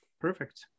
Perfect